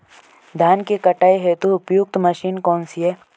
धान की कटाई हेतु उपयुक्त मशीन कौनसी है?